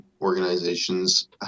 organizations